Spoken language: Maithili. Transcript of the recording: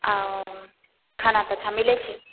खाना तऽ अच्छा मिलै छै